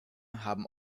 haben